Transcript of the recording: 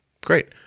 Great